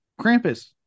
Krampus